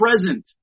present